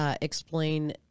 explain